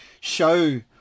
show